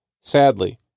Sadly